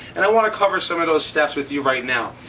and i want to cover some of those steps with you right now.